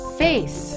face